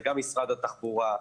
זה גם משרד התחבורה,